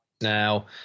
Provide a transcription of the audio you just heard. now